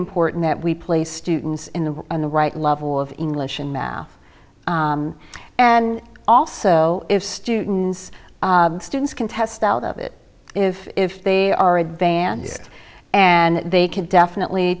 important that we place students in the on the right level of english in math and also if students students can test out of it if they are advanced and they can definitely